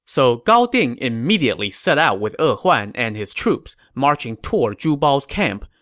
so gao ding immediately set out with e huan and his troops, marching toward zhu bao's camp.